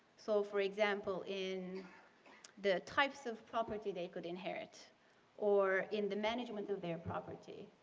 so for example in the types of property they could inherit or in the management of their property.